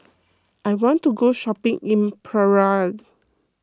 I want to go shopping in Praia